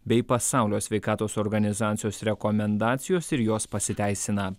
bei pasaulio sveikatos organizacijos rekomendacijos ir jos pasiteisina